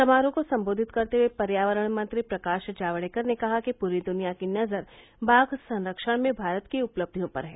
समारोह को संबोधित करते हुए पर्यावरण मंत्री प्रकाश जावड़ेकर ने कहा कि पूरी दुनिया की नजर बाघ संरक्षण में भारत की उपलबियों पर है